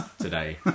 today